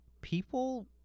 people